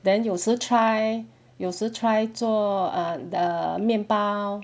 then 有时 try 有时 try 做 err the 面包